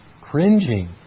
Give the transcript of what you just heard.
cringing